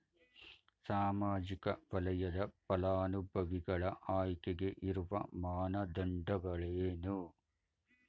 ಸಾಮಾಜಿಕ ವಲಯದ ಫಲಾನುಭವಿಗಳ ಆಯ್ಕೆಗೆ ಇರುವ ಮಾನದಂಡಗಳೇನು?